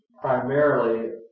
primarily